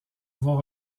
avoir